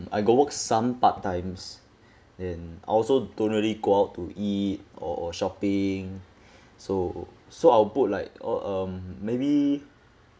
I got work some part times and I also don't really go out to eat or or shopping so so I'll put like uh um maybe